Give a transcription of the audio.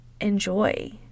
enjoy